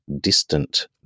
distant